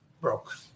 broke